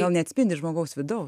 gal neatspindi žmogaus vidaus